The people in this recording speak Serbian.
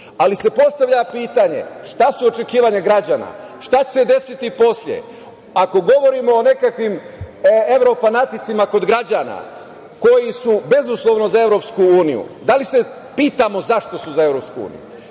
ali se postavlja pitanje – šta su očekivanja građana? Šta će se desiti posle? Ako govorimo o nekakvim evrofanaticima kod građana, koji su bezuslovno za EU, da li se pitamo zašto su za EU?